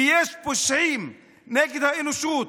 כי יש פושעים נגד האנושות,